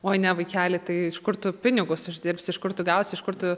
oi ne vaikeli tai iš kur tu pinigus uždirbsi iš kur tu gausi iš kur tu